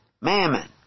mammon